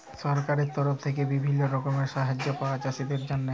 সরকারের তরফ থেক্যে বিভিল্য রকমের সাহায্য পায়া যায় চাষীদের জন্হে